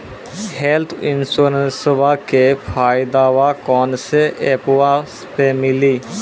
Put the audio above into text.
Health इंश्योरेंसबा के फायदावा कौन से ऐपवा पे मिली?